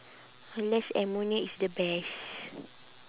unless ammonia is the best